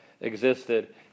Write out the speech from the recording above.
existed